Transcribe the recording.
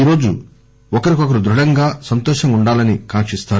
ఈరోజు ఒకరికొకరు దృఢంగా సంతోషంగా వుండాలని కాంకిస్తారు